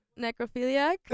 necrophiliac